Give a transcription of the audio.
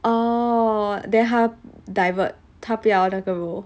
oh then 他 divert 他不要那个 role